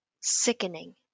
sickening